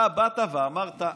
אתה באת ואמרת: